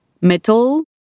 metal